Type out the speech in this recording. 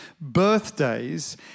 birthdays